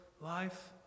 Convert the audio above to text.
life